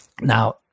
Now